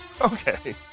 Okay